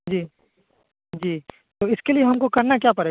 जी जी तो उसके लिए हमको करना क्या पड़े